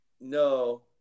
No